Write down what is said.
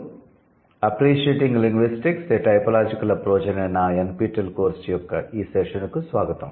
'appreciating linguistics a typological approach' అనే నా NPTEL course యొక్క ఈ సెషన్కు స్వాగతం